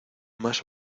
más